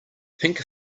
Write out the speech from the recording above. pink